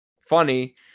funny